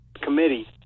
committee